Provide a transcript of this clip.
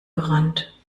gerannt